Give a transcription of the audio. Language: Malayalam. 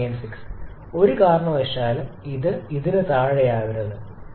896 ഒരു കാരണവശാലും ഇത് ഇതിന് താഴെയാകരുത്